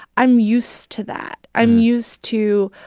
i'm used to that. i'm used to,